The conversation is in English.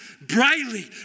brightly